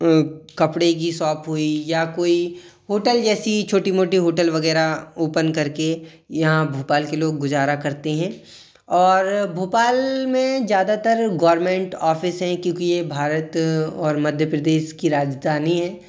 कपड़े की सॉप हुई या कोई होटल जैसी छोटी मोटी होटल वगैरह ओपन करके यहाँ भोपाल के लोग गुज़ारा करते हें और भोपाल में ज़्यादातर गौरमेंट ऑफ़िस हैं क्योंकि ये भारत और मध्य प्रदेश की राजधानी है